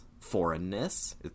foreignness